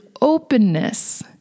openness